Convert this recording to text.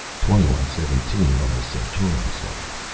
twenty one seventeen on the centauran side.